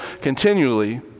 continually